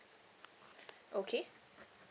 okay